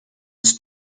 ist